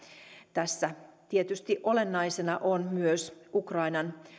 tässä tietysti olennaisena on myös ukrainan